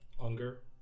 Unger